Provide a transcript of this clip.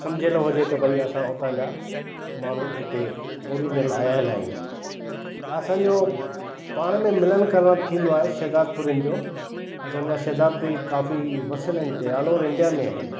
सम्झियलु हुजे त भई असां हुता जा माण्हू हिते ओरिजनल आहियलु आहियूं त असांजो पाण में मिलनि करणु थींदो आहे शहदादपुरनि जो असांजा शहदादपुरी काफ़ी वसियलु आहिनि हिते ऑल ओवर इंडिया में आहिनि